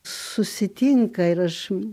susitinka ir aš